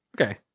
okay